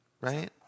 right